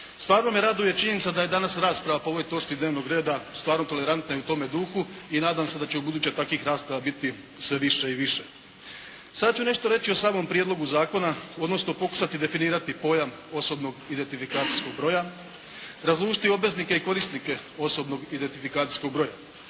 Stvarno me raduje činjenica da je danas rasprava po ovoj točci dnevnog reda stvarno tolerantna i u tome duhu i nadam se da će i u buduće takvih rasprava biti sve više i više. Sada ću nešto reći o samom prijedlogu zakona, odnosno pokušati definirati pojam osobnog identifikacijskog broja, razlučiti obveznike i korisnike osobnog identifikacijskog broja,